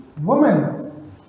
women